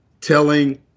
telling